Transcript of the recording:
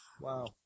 Wow